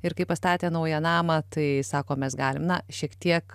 ir kai pastatė naują namą tai sako mes galim na šiek tiek